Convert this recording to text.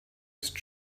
ist